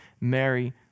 Mary